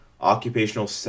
Occupational